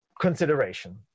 consideration